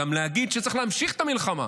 גם להגיד שצריך להמשיך את המלחמה.